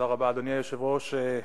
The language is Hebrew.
אדוני היושב-ראש,